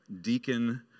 deacon